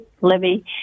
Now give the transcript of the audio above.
Libby